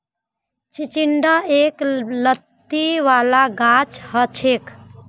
चिचिण्डा एक लत्ती वाला गाछ हछेक